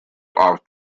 off